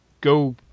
go